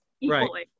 equally